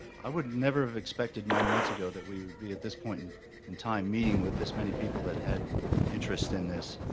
i would never have expected nine months ago we'd be at this point in time meeting with this many people that had interest in this.